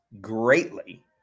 greatly